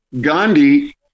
Gandhi